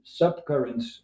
subcurrents